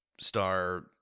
star